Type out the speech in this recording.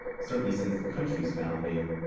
certainly since the country's founding.